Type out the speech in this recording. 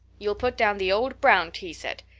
you'll put down the old brown tea set.